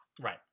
Right